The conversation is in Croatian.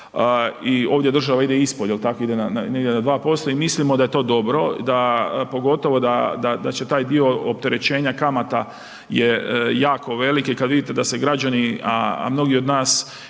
i ovdje država ide ispod, je li tako? Negdje na 2% i mislimo da je to dobro da, pogotovo da će taj dio opterećenja kamata je jako velik i kad vidite da se građani, a mnogi od nas